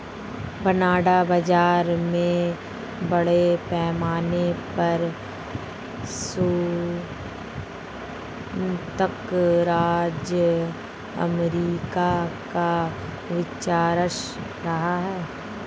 bond बाजार में बड़े पैमाने पर सयुक्त राज्य अमेरिका का वर्चस्व रहा है